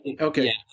Okay